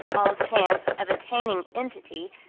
all chance of attaining entity,